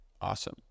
Awesome